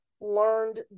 learned